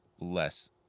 less